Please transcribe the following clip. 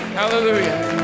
hallelujah